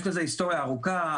יש לזה היסטוריה ארוכה,